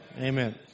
Amen